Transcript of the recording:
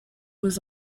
was